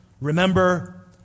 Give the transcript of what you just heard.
remember